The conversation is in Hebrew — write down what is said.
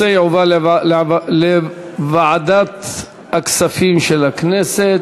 הנושא יועבר לוועדת הכספים של הכנסת.